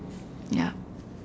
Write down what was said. ya